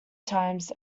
times